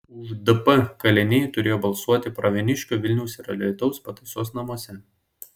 už dp kaliniai turėjo balsuoti pravieniškių vilniaus ir alytaus pataisos namuose